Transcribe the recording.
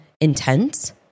intense